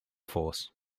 force